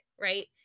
right